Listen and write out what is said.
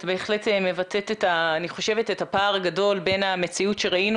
את בהחלט מבטאת את הפער הגדול בין המציאות שראינו